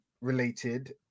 related